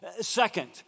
Second